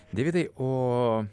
deividai o